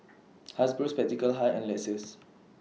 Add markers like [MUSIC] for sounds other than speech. [NOISE] Hasbro Spectacle Hut and Lexus